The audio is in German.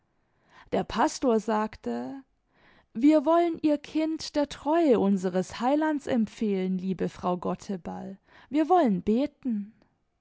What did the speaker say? der pastor sagte wir wollen ihr kind der treue unseres heilands empfehlen liebe frau gotteball wir wollen beten